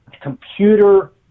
computer